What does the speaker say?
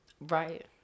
Right